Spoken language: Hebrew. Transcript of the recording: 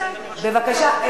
כדי לנהל דיון מעניין, בבקשה,